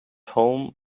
home